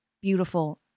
beautiful